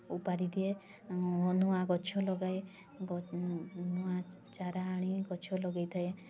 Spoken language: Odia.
ଓପାଡ଼ି ଦିଏ ନୂଆ ଗଛ ଲଗାଏ ନୂଆ ଚାରା ଆଣି ଗଛ ଲଗାଇଥାଏ